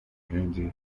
hindu